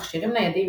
מכשירים ניידים,